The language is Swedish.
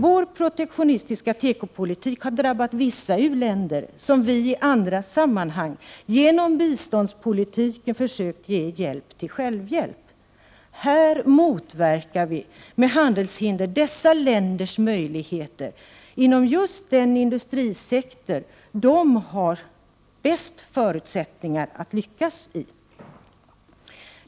Vår protektionistiska tekopolitik har drabbat vissa u-länder, som vi i andra sammanhang genom biståndspolitiken försökt ge hjälp till självhjälp. Här motverkar vi med handelshinder dessa länders möjligheter inom just den industrisektor där de har de bästa förutsättningarna att lyckas.